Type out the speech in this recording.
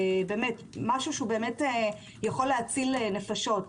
זה משהו שהוא באמת יכול להציל נפשות.